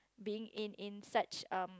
being in in such a